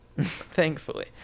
Thankfully